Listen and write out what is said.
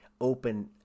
open